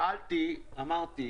אמרתי,